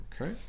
Okay